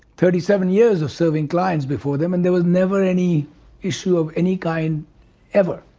thirty seven years of serving glines before them, and there was never any issue of any kind ever,